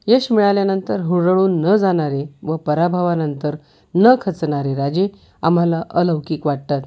यश मिळाल्यानंतर हुरळून न जाणारे व पराभवानंतर न खचणारे राजे आम्हाला अलौकिक वाटतात